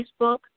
Facebook